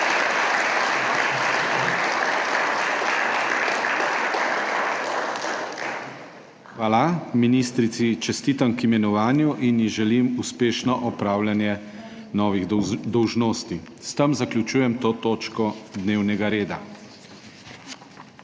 Hvala. Ministrici čestitam k imenovanju in ji želim uspešno opravljanje novih dolžnosti. S tem zaključujem to točko dnevnega reda.